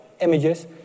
images